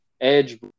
Edge